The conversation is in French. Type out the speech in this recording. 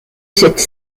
cette